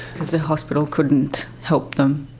because the hospital couldn't help them?